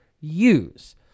use